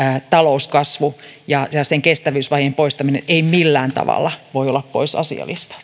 talouskasvu ja ja kestävyysvajeen poistaminen ei millään tavalla voi olla pois asialistalta